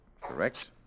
Correct